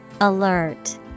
Alert